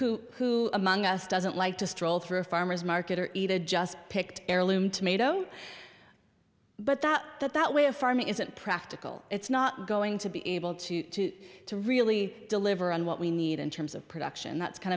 mean who among us doesn't like to stroll through a farmer's market or eat a just picked heirloom tomato but that that that way of farming isn't practical it's not going to be able to to really deliver on what we need in terms of production that's kind